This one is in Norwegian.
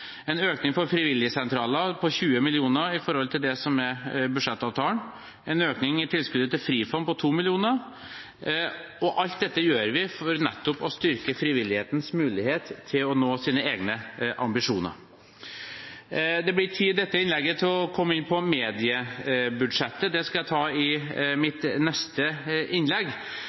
en økning for frivilligsentraler på 20 mill. kr i forhold til det som er budsjettavtalen, en økning i tilskuddet til Frifond på 2 mill. kr. Alt dette gjør vi for nettopp å styrke frivillighetens mulighet til å nå sine egne ambisjoner. Det blir tid etter dette innlegget til å komme inn på mediebudsjettet. Det skal jeg ta i